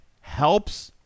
helps –